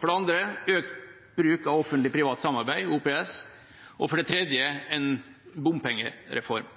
for det andre økt bruk av offentlig–privat samarbeid, OPS, og for det tredje en bompengereform.